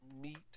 meet